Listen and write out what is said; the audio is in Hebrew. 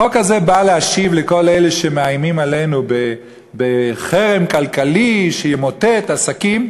החוק הזה בא להשיב לכל אלה שמאיימים עלינו בחרם כלכלי שימוטט עסקים,